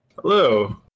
Hello